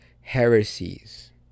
heresies